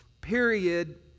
period